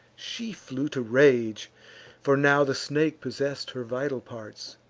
she flew to rage for now the snake possess'd her vital parts,